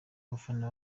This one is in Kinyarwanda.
abafana